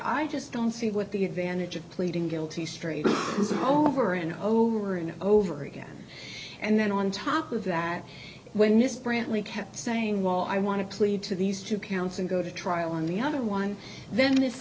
i just don't see what the advantage of pleading guilty straight is and over and over and over again and then on top of that when mr brantley kept saying well i want to plead to these two counts and go to trial on the other one then this